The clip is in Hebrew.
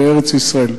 בארץ-ישראל.